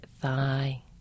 thigh